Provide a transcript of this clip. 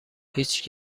هیچ